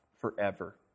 forever